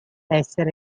essere